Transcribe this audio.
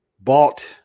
bought